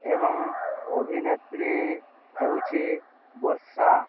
ଏବଂ ଅଭିନେତ୍ରୀ ହେଉଛି ବର୍ଷା